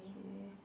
okay